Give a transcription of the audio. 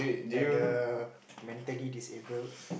and the mentally disabled